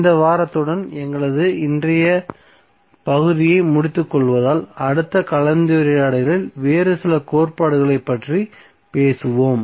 இந்த வாரத்துடன் எங்களது இன்றைய பகுதியை முடித்து கொள்வதால் அடுத்த கலந்துரையாடலில் வேறு சில கோட்பாடுகளைப் பற்றி பேசுவோம்